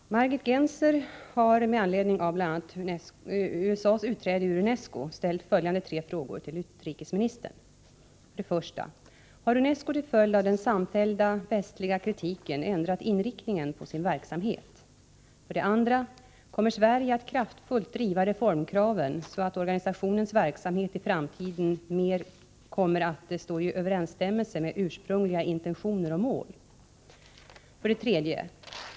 Herr talman! Margit Gennser har med anledning av bl.a. USA:s utträde ur UNESCO ställt följande tre frågor till utrikesministern: 1. Har UNESCO till följd av den samfällda västliga kritiken ändrat inriktningen på sin verksamhet? 2. Kommer Sverige att kraftfullt driva reformkraven så att organisationens verksamhet i framtiden mer kommer att stå i överensstämmelse med ursprungliga intentioner och mål? 3.